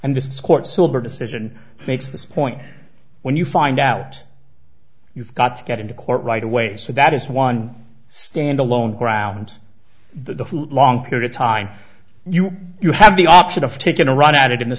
and this court silver decision makes this point when you find out you've got to get into court right away so that is one stand alone ground the long period time you you have the option of taking a run at it in the